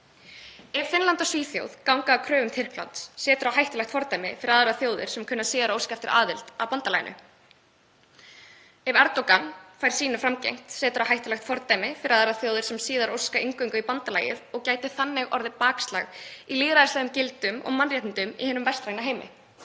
Ef Finnland og Svíþjóð ganga að kröfum Tyrklands setur það hættulegt fordæmi fyrir aðrar þjóðir sem kunna síðar að óska eftir aðild að bandalaginu. Ef Erdogan fær sínu framgengt setur það hættulegt fordæmi fyrir aðrar þjóðir sem síðar óska eftir inngöngu í bandalagið og gæti þannig valdið bakslagi í lýðræðislegum gildum og mannréttindum í hinum vestræna heimi.